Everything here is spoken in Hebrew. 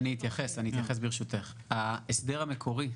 אני עונה: ההסדר המקורי,